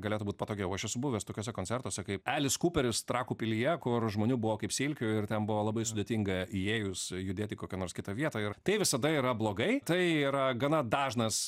galėtų būt patogiau aš esu buvęs tokiuose koncertuose kaip elis kuperis trakų pilyje kur žmonių buvo kaip silkių ir ten buvo labai sudėtinga įėjus judėti į kokią nors kitą vietą ir tai visada yra blogai tai yra gana dažnas